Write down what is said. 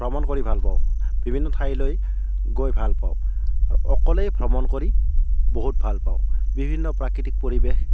ভ্ৰমণ কৰি ভাল পাওঁ বিভিন্ন ঠাইলৈ গৈ ভাল পাওঁ আৰু অকলেই ভ্ৰমণ কৰি বহুত ভাল পাওঁ বিভিন্ন প্ৰাকৃতিক পৰিৱেশ